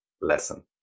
lesson